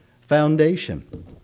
foundation